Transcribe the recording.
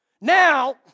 Now